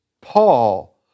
Paul